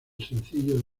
sencillo